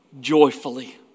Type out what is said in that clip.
joyfully